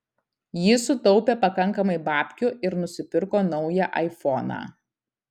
jis sutaupė pakankamai babkių ir nusipirko naują aifoną